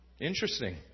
Interesting